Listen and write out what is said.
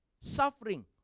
suffering